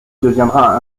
deviendra